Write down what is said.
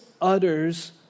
utters